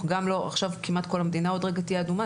כמעט כל המדינה עוד רגע תהיה אדומה.